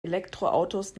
elektroautos